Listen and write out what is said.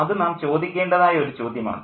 അത് നാം ചോദിക്കേണ്ടതായ ഒരു ചോദ്യമാണ്